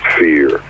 fear